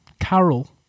Carol